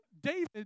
David